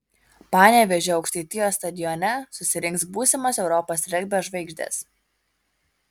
panevėžio aukštaitijos stadione susirinks būsimos europos regbio žvaigždės